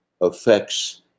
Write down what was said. affects